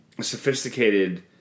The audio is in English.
sophisticated